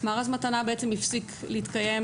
מארז מתנה הפסיק להתקיים